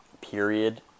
period